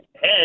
head